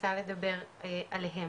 רוצה לדבר עליהם.